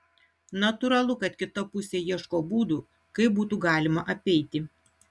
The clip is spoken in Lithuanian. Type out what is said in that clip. natūralu kad kita pusė ieško būdų kaip būtų galima apeiti